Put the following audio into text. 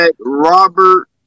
Robert